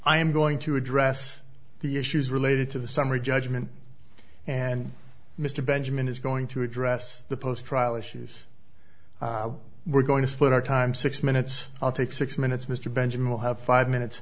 i am going to address the issues related to the summary judgment and mr benjamin is going to address the post trial issues we're going to split our time six minutes i'll take six minutes mr benjamin will have five minutes